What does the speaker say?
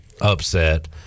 upset